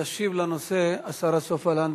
תשיב בנושא השרה סופה לנדבר.